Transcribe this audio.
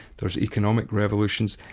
there's economic revolutions,